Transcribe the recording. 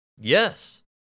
Yes